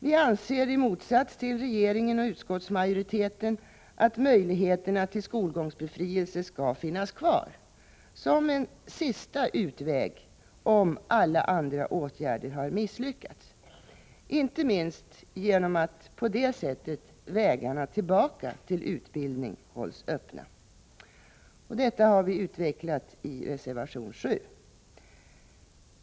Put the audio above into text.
Vi anser i motsats till regeringen och utskottsmajoriteten att möjligheterna till skolgångsbefrielse skall finnas kvar som en sista utväg, om alla andra åtgärder har misslyckats — inte minst genom att vägarna tillbaka till utbildning på det sättet hålls öppna. Detta har vi utvecklat i reservation 7.